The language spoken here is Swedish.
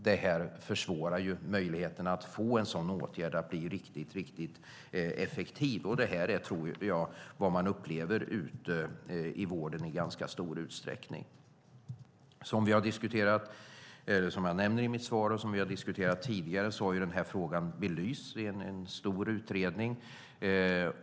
Det försvårar möjligheten att få en sådan åtgärd att bli riktigt effektiv, och det tror jag också är vad man upplever ute i vården i ganska stor utsträckning. Som jag nämner i mitt svar, och som vi har diskuterat tidigare, har den här frågan belysts i en stor utredning.